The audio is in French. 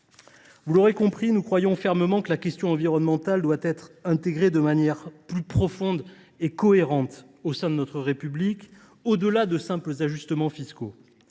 Vous l’aurez compris, nous croyons fermement que la question environnementale doit être intégrée de manière plus profonde et cohérente au sein de notre République, au delà de simples ajustements fiscaux.